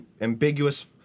ambiguous